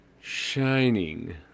shining